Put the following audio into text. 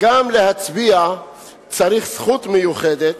גם כדי להצביע צריך זכות מיוחדת